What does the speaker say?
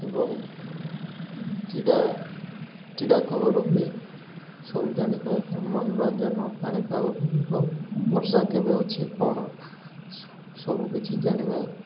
ଏବଂ କ୍ରୀଡ଼ା କ୍ରୀଡ଼ା ଖବର ବି ସବୁ ଜାଣିପାରିଥାଉ ମନୋରଞ୍ଜନ ପାଣିପାଗ ବିଭାଗ ବର୍ଷା କେବେ ଅଛି କଣ ସବୁକିଛି ଜାଣିବା